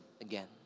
again